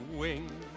wings